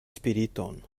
spiriton